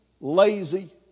Lazy